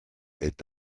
est